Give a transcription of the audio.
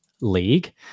League